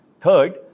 Third